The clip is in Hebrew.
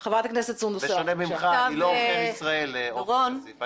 בשונה ממך אני לא עוכר ישראל, עופר כסיף.